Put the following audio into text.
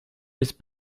was